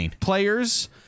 players